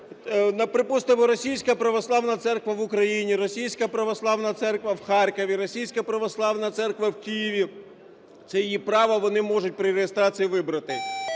Припустимо, російська православна церква в Україні, російська православна церква в Харкові, російська православна церква в Києві – це її право, вони можуть при реєстрації вибрати.